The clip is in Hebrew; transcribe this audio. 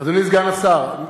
אדוני סגן השר,